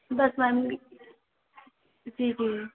बस बन गी जी जी